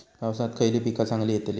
पावसात खयली पीका चांगली येतली?